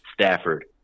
Stafford